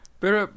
pero